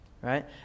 right